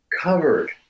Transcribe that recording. covered